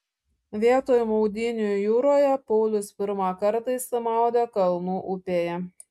vietoj maudynių jūroje paulius pirmą kartą išsimaudė kalnų upėje